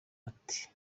ati